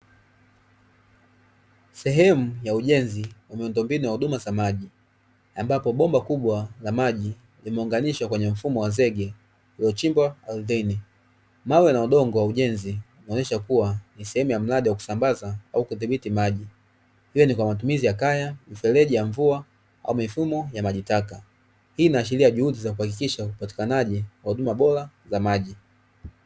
Sehemu ya ujenzi ya miundo mbinu ya huduma za maji, ambapo bomba kubwa la maji limeunganishwa kwenye mfumo wa zege iliyochimbwa ardhini, mawe na udongo wa ujenzi unaonesha kuwa ni sehemu ya mradi wa kusambaza au kudhibiti maji iyo ni kwa mazumizi ya kaya, Mifereji ya mvua au mifuko ya maji taka, Hii inaashiria juhudi za kuhakikisha upatikanaji wa huduma bora za maji.